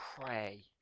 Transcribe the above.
pray